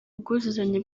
ubwuzuzanye